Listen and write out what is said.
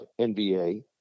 nba